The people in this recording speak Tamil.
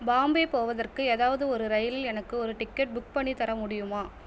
பாம்பே போவதற்கு ஏதாவது ஒரு ரயிலில் எனக்கு ஒரு டிக்கெட் புக் பண்ணித் தர முடியுமா